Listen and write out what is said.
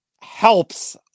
helps